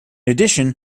addition